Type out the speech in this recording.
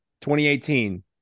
2018